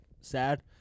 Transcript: sad